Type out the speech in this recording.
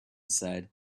said